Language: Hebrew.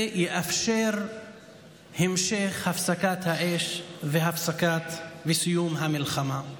זה יאפשר המשך הפסקת האש וסיום המלחמה.